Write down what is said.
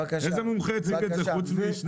איזה מומחה הציג את זה חוץ משניים